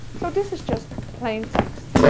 so, this is just plain text.